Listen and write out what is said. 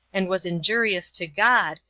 and was injurious to god,